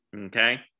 Okay